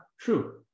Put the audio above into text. true